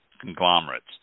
conglomerates